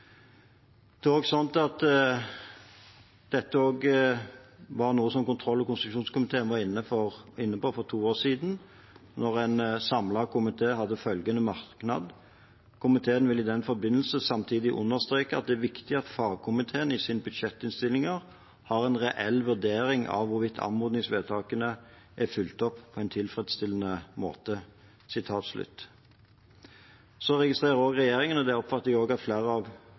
Dette er også noe kontroll- og konstitusjonskomiteen var inne på for to år siden, da en samlet komité hadde følgende merknad: «Komiteen vil i den forbindelse samtidig understreke at det er viktig at fagkomiteene i sine budsjettinnstillinger har en reell vurdering av hvorvidt anmodningsvedtakene er fulgt opp på en tilfredsstillende måte.» Så registrerer regjeringen, og det oppfatter jeg at flere av